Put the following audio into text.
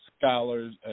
scholars